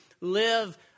live